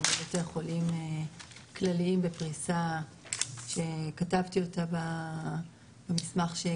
בבתי החולים כלליים בפריסה שכתבתי אותה ושהגשנו